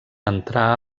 entrar